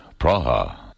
Praha